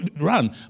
run